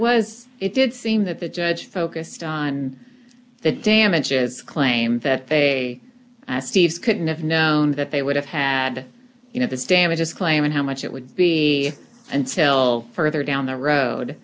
was it did seem that the judge focused on the damages claim that they couldn't have known that they would have had you know the damages claim and how much it would be and still further down the road